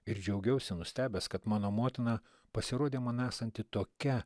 ir džiaugiausi nustebęs kad mano motina pasirodė man esanti tokia